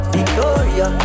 Victoria